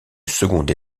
seconde